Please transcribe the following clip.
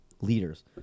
leaders